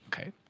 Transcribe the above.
Okay